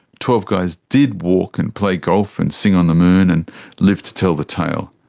twelve guys did walk and play golf and sing on the moon and live to tell the tale.